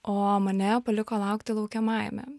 o mane paliko laukti laukiamajame